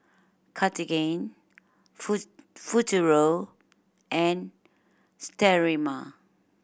Cartigain Futuro and Sterimar